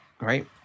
right